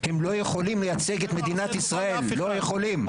כי הם לא יכולים לייצג את מדינת ישראל, לא יכולים.